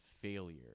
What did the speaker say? failure